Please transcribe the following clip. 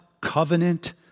covenant